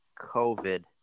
COVID